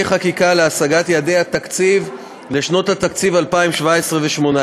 חקיקה להשגת יעדי התקציב לשנות 2017 ו-2018,